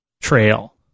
trail